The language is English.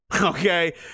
okay